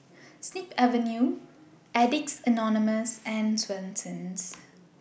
Snip Avenue Addicts Anonymous and Swensens